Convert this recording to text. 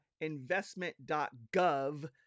investment.gov